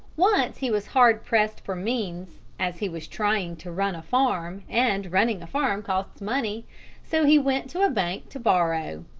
once he was hard pressed for means, as he was trying to run a farm, and running a farm costs money so he went to a bank to borrow.